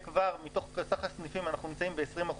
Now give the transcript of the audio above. מתוך סך הסניפים אנחנו נמצאים ב-20%,